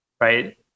right